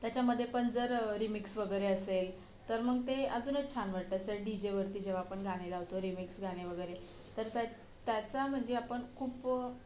त्याच्यामध्ये पण जर रिमिक्स वगैरे असेल तर मग ते अजूनच छान वाटतं असं डी जेवरती जेव्हा आपण गाणी लावतो रिमिक्स गाणे वगैरे तर त्या त्याचा म्हणजे आपण खूप